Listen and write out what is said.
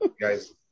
guys